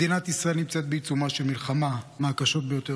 מדינת ישראל נמצאת בעיצומה של מלחמה מהקשות ביותר